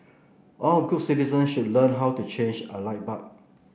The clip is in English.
all good citizen should learn how to change a light bulb